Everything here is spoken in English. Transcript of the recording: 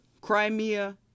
Crimea